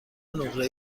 نقره